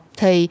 thì